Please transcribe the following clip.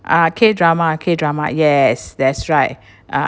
ah K drama K drama yes that's right uh